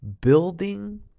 building